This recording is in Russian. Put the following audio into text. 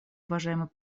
уважаемый